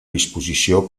disposició